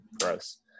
gross